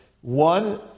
one